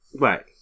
Right